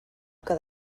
que